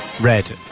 Red